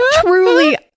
truly